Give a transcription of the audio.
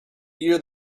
year